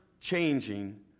changing